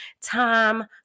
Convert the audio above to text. time